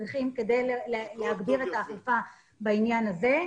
צריכים כדי להגביר את האכיפה בעניין הזה.